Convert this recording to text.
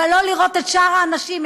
אבל לא לראות את שאר האנשים,